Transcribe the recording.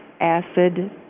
acid